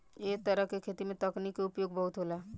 ऐ तरह के खेती में तकनीक के उपयोग बहुत होला